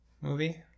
movie